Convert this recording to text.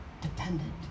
dependent